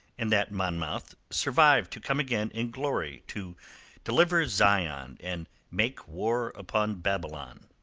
and that monmouth survived to come again in glory to deliver zion and make war upon babylon.